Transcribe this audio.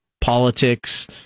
politics